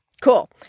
Cool